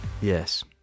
Yes